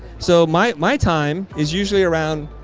so my my time is usually around.